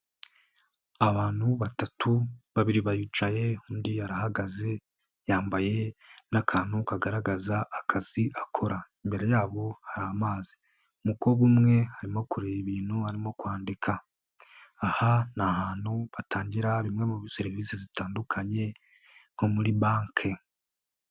Abantu batatu, babiri baricaye, undi arahagaze yambaye n'akantu kagaragaza akazi akora, imbere yabo hari amazi umukobwa umwe harimo kureba ibintu arimo kwandika, aha ni ahantu batangira zimwe mu serivisi zitandukanye nko muri banki.